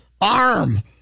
arm